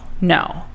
No